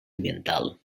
ambiental